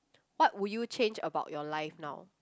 what would you change about your life now